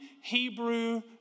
Hebrew